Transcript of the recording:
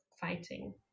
fighting